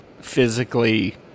physically